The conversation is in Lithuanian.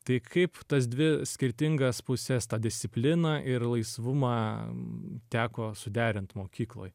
tai kaip tas dvi skirtingas puses tą discipliną ir laisvumą teko suderint mokykloj